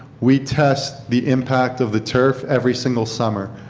we test the impact of the turf every single summer.